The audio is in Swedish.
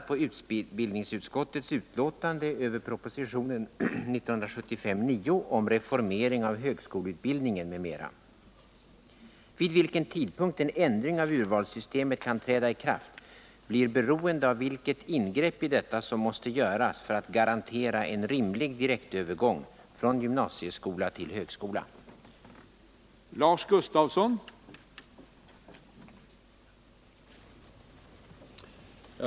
Vid vilken tidpunkt en ändring av urvalssystemet kan träda i kraft blir 20 november 1979 beroende av vilket ingrepp i detta som måste göras för att man skall kunna garantera en rimlig direktövergång från gymnasieskola till högskola. Om reglerna för